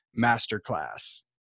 Masterclass